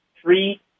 three